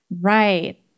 Right